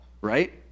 right